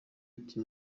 ati